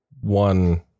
one